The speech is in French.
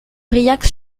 briac